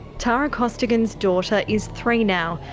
tara costigan's daughter is three now,